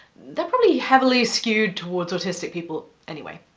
they're probably heavily skewed towards autistic people. anyway,